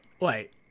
wait